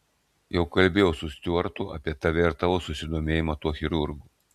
jau kalbėjau su stiuartu apie tave ir tavo susidomėjimą tuo chirurgu